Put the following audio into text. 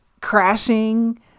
crashing